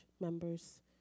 members